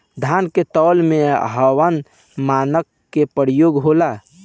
धान के तौल में कवन मानक के प्रयोग हो ला?